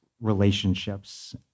relationships